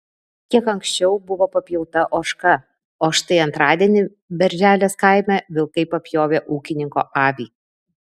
kiek anksčiau buvo papjauta ožka o štai antradienį berželės kaime vilkai papjovė ūkininko avį